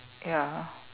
ya